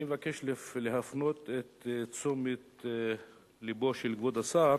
אני מבקש להפנות את תשומת לבו של כבוד השר